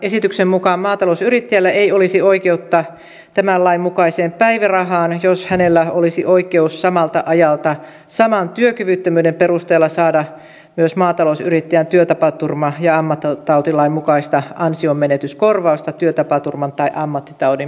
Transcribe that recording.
esityksen mukaan maatalousyrittäjällä ei olisi oikeutta tämän lain mukaiseen päivärahaan jos hänellä olisi oikeus samalta ajalta saman työkyvyttömyyden perusteella saada myös maatalousyrittäjän työtapaturma ja ammattitautilain mukaista ansionmenetyskorvausta työtapaturman tai ammattitaudin perusteella